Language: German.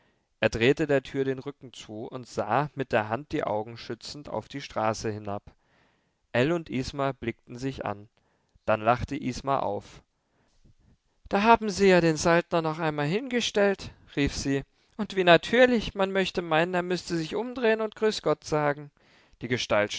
er drehte der tür den rücken zu und sah mit der hand die augen schützend auf die straße hinab ell und isma blickten sich an dann lachte isma auf da haben sie ja den saltner noch einmal hingestellt rief sie und wie natürlich man möchte meinen er müßte sich umdrehen und grüß gott sagen die gestalt